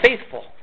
faithful